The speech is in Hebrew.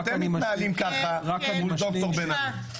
אתם מתנהלים ככה מול ד"ר בן ארי.